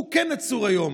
הוא כן עצור היום.